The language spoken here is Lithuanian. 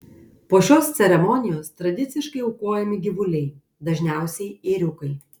po šios ceremonijos tradiciškai aukojami gyvuliai dažniausiai ėriukai